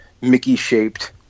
Mickey-shaped